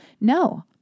No